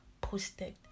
posted